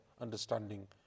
understanding